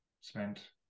spent